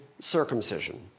circumcision